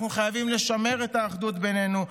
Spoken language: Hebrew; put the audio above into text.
אנחנו חייבים לשמר את האחדות בינינו,